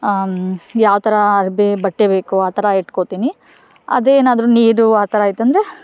ಆಂ ಯಾವ ಥರ ಅರ್ವಿ ಬಟ್ಟೆ ಬೇಕು ಆ ಥರ ಇಟ್ಕೋತೀನಿ ಅದೇನಾದರೂ ನೀರು ಆ ಥರ ಆಯ್ತಂದರೆ